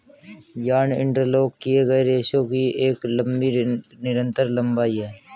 yarn interlock किए गए रेशों की एक लंबी निरंतर लंबाई है